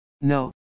No